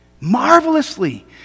Marvelously